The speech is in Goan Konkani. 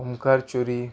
ओमकार चुरी